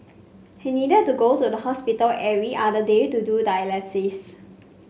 he needed to go to the hospital every other day to do dialysis